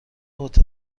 هتل